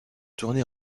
tournée